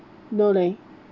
no leh